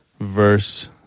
verse